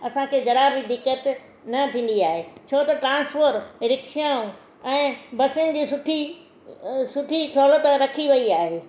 असांखे ज़रा बि दिक़त न थींदी आहे छो त ट्रांस्पोर रिक्शाऊं ऐं बसुन जी सुठी सुठी सहुलियत रखी वई आहे